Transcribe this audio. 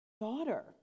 Daughter